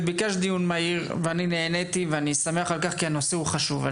את ביקשת דיון מהיר ואני נעניתי ואני שמח על כך כי הנושא הוא חשוב.